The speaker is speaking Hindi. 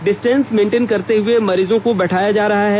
डिस्टेंस मेंटेंन करते हुए मरीजों को बैठाया जा रहा है